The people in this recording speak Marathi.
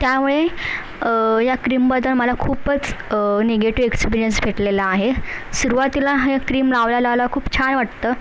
त्यामुळे या क्रीमबद्दल मला खूपच निगेटिव्ह एक्सपिरियन्स भेटलेला आहे सुरवातीला हे क्रीम लावल्या लावल्या खूप छान वाटतं